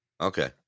Okay